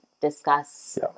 discuss